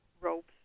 ropes